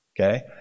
Okay